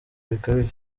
bikabije